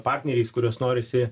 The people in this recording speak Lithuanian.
partneriais kuriuos norisi